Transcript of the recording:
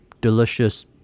delicious